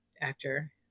actor